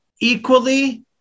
equally